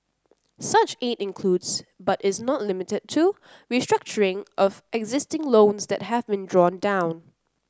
such aid includes but is not limited to restructuring of existing loans that have been drawn down